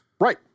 Right